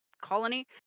colony